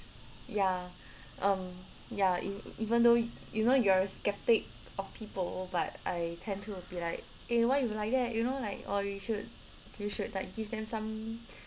ya um ya e~ even though you know you are a skeptic of people but I tend to be like eh why you like that you know like or you should you should like give them some